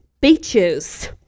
Beaches